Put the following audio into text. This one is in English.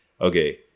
okay